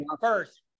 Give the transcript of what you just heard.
First